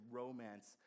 romance